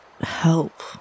help